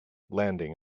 landing